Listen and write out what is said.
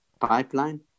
pipeline